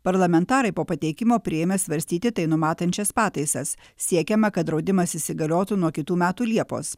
parlamentarai po pateikimo priėmė svarstyti tai numatančias pataisas siekiama kad draudimas įsigaliotų nuo kitų metų liepos